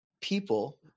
people